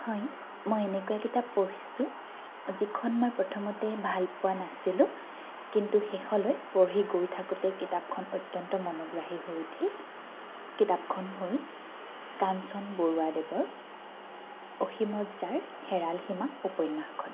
হয় মই এনেকুৱা কিতাপ পঢ়িছোঁ যিখন মই প্ৰথমতে ভাল পোৱা নাছিলোঁ কিন্তু শেষলৈ পঢ়ি গৈ থাকোঁতে কিতাপখন অত্যন্ত মনোগ্ৰাহী হৈ উঠিল কিতাপখন হ'ল কাঞ্চন বৰুৱা দেৱৰ অসীমত যাৰ হেৰাল সীমা উপন্যাসখন